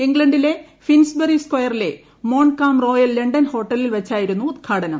ഇംഗ്ലണ്ടിലെ ഫിൻസ്ബെറി സ്ക്വയറിലെ Montcalm royal London ഹോട്ടലിൽ വച്ചായിരു ന്നു ഉദ്ഘാടനം